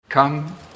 Come